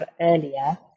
earlier